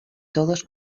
todos